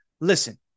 Listen